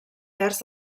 terç